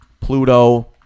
Pluto